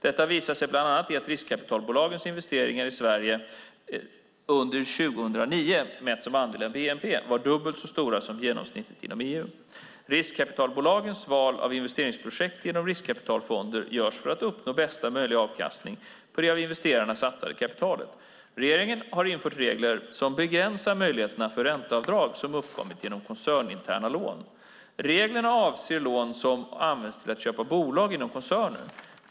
Detta visar sig bland annat i att riskkapitalbolagens investeringar i Sverige under 2009, mätt som andel av bnp, var dubbelt så stora som genomsnittet inom EU. Riskkapitalbolagens val av investeringsobjekt genom riskkapitalfonder görs för att uppnå bästa möjliga avkastning på det av investerarna satsade kapitalet. Regeringen har infört regler som begränsar möjligheterna för ränteavdrag som uppkommit genom koncerninterna lån. Reglerna avser lån som används till att köpa bolag inom koncerner.